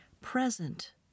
present